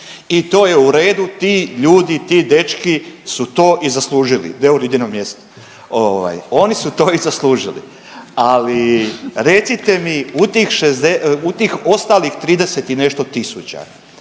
i to je u redu, ti ljudi i ti dečki su to i zaslužili …/Govornik se ne razumije/…mjesto, ovaj oni su to i zaslužili, ali recite mi u tih ostalih 30 i nešto tisuća